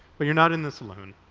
but you're not in this alone.